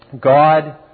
God